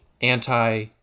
anti